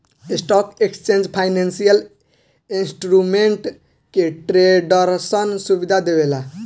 stock exchange financial instrument के ट्रेडरसन सुविधा देवेला